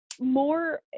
more